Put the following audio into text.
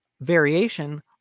variation